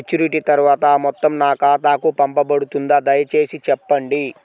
Maturity తర్వాత ఆ మొత్తం నా ఖాతాకు పంపబడుతుందా? దయచేసి చెప్పండి?